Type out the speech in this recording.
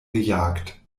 gejagt